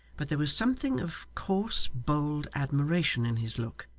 but there was something of coarse bold admiration in his look,